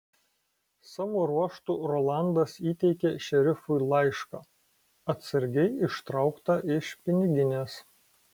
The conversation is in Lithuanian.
savo ruožtu rolandas įteikė šerifui laišką atsargiai ištrauktą iš piniginės